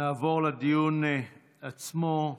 נעבור לדיון עצמו.